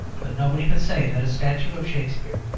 but nobody could say that a statue of shakspere,